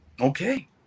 Okay